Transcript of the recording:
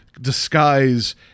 disguise